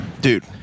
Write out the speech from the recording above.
Dude